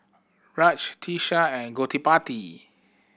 Raj Teesta and Gottipati